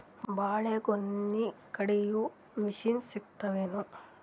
ಬಾಳಿಗೊನಿ ಕಡಿಯು ಮಷಿನ್ ಸಿಗತವೇನು?